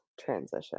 transition